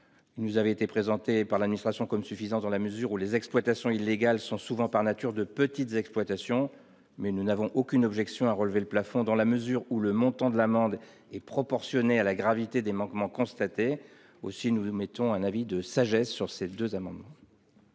Il nous a été présenté par l'administration comme suffisant, dans la mesure où les exploitations illégales sont souvent, par nature, de petites exploitations, mais nous n'avons aucune objection à relever le plafond, dans la mesure où le montant de l'amende est proportionné à la gravité des manquements constatés. Aussi, nous émettons un avis de sagesse sur ces deux amendements.